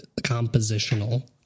compositional